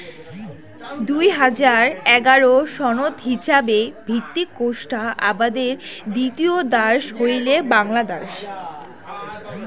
দুই হাজার এগারো সনত হিছাবে ভিত্তিক কোষ্টা আবাদের দ্বিতীয় দ্যাশ হইলেক বাংলাদ্যাশ